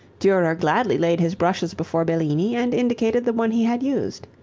durer gladly laid his brushes before bellini and indicated the one he had used.